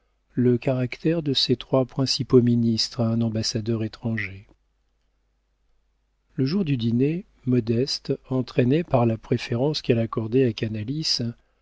le caractère de ses trois principaux ministres à un ambassadeur étranger le jour du dîner modeste entraînée par la préférence qu'elle accordait à